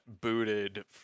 booted